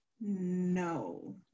No